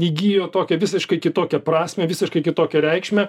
įgijo tokią visiškai kitokią prasmę visiškai kitokią reikšmę